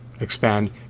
expand